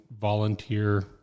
volunteer